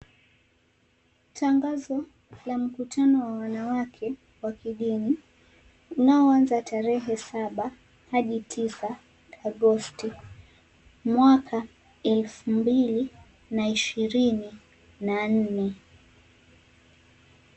Tangazo la mkutano wa wanawake wa kidini, unaoanza tarehe saba hadi tisa Agosti mwaka elfu mbili na ishirini na nne.